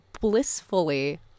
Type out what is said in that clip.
blissfully